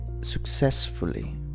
successfully